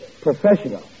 professional